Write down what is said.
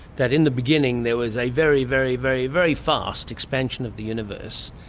that in the beginning there was a very, very, very very fast expansion of the universe,